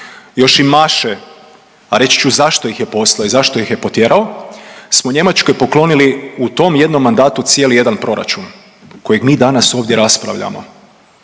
još im maše, a reći ću zašto ih je poslao i zašto ih je potjerao smo Njemačkoj poklonili u tom jednom mandatu cijeli jedan proračun kojeg mi danas ovdje raspravljamo.